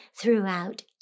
throughout